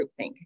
groupthink